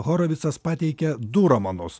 horavicas pateikia du romanus